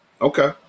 Okay